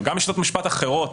גם בשיטות משפט אחרות,